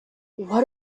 what